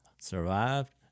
survived